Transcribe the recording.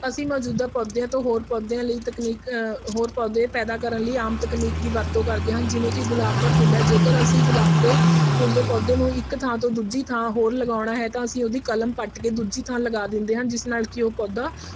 ਅਸੀਂ ਮੌਜੂਦਾ ਪੌਦਿਆਂ ਤੋਂ ਹੋਰ ਪੌਦਿਆਂ ਲਈ ਤਕਨੀਕ ਹੋਰ ਪੌਦੇ ਪੈਦਾ ਕਰਨ ਲਈ ਆਮ ਤਕਨੀਕ ਦੀ ਵਰਤੋਂ ਕਰਦੇ ਹਨ ਜਿਵੇਂ ਕਿ ਗੁਲਾਬ ਦਾ ਫੁੱਲ ਹੈ ਜੇਕਰ ਅਸੀਂ ਗੁਲਾਬ ਦੇ ਫੁੱਲ ਦੇ ਪੌਦੇ ਨੂੰ ਇੱਕ ਥਾਂ ਤੋਂ ਦੂਜੀ ਥਾਂ ਹੋਰ ਲਗਾਉਣਾ ਹੈ ਤਾਂ ਅਸੀਂ ਉਹਦੀ ਕਲਮ ਪੱਟ ਕੇ ਦੂਜੀ ਥਾਂ ਲਗਾ ਦਿੰਦੇ ਹਾਂ ਜਿਸ ਨਾਲ ਕਿ ਉਹ ਪੌਦਾ